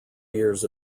years